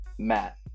Matt